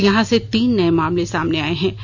कल यहां से तीन नए मामले सामने आए हैं